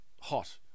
hot